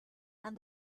and